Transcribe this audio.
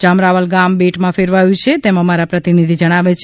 જામ રાવલ ગામ બેટમાં ફેરવાયુ છે તેમ અમારા પ્રતિનિધિ જણાવે છે